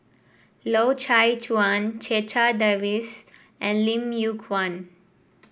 Loy Chye Chuan Checha Davies and Lim Yew Kuan